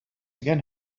again